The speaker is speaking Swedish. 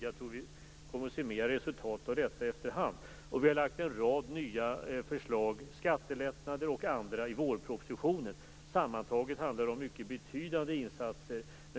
Jag tror att vi kommer att få se mer resultat av detta efter hand. Sammantaget handlar det om mycket betydande insatser.